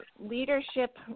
leadership